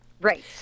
Right